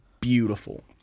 beautiful